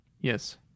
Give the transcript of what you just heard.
Yes